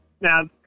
Now